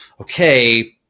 okay